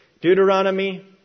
Deuteronomy